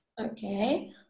okay